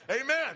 Amen